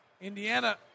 Indiana